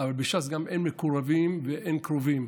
אבל בש"ס גם אין מקורבים ואין קרובים,